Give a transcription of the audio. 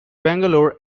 bangalore